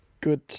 good